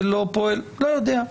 לא יודע.